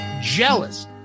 jealous